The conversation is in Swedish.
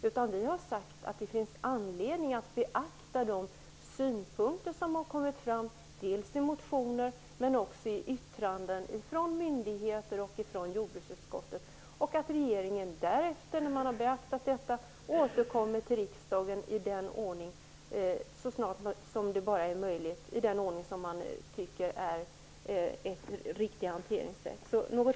I stället har vi sagt att det finns anledning att beakta de synpunkter som kommit fram dels i motioner, dels i yttranden från myndigheter och från jordbruksutskottet. Efter att ha beaktat detta får regeringen så snart som det är möjligt återkomma till riksdagen i den ordning som anses vara förenlig med ett riktigt hanteringssätt.